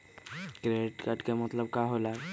Credit card के मतलब का होकेला?